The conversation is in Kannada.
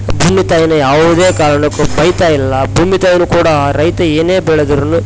ಭೂಮಿ ತಾಯನ್ನ ಯಾವುದೇ ಕಾರಣಕ್ಕು ಬೈತಾ ಇಲ್ಲ ಭೂಮಿ ತಾಯಿನು ಕೂಡ ರೈತ ಏನೇ ಬೆಳೆದ್ರು